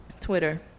Twitter